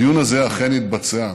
הדיון הזה אכן יתבצע.